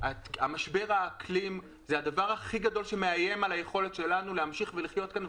משבר האקלים זה הדבר הכי גדול שמאיים על היכולת שלנו להמשיך לחיות כאן,